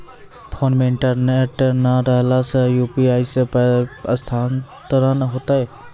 Phone मे internet नै रहला सॅ, यु.पी.आई सॅ पाय स्थानांतरण हेतै?